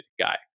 guy